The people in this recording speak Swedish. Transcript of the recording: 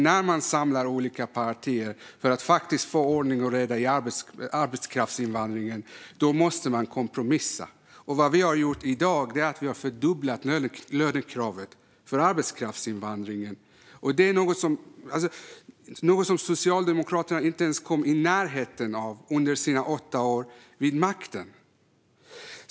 När man samlar olika partier för att faktiskt få ordning och reda i arbetskraftsinvandringen måste man kompromissa, och vad vi har gjort i dag är att fördubbla lönekravet för arbetskraftsinvandringen. Det är något som Socialdemokraterna inte ens kom i närheten av under sina åtta år vid makten.